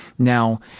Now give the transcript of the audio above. Now